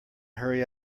hurry